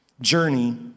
journey